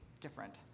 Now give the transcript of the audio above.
different